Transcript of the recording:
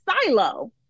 silo